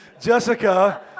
Jessica